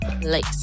place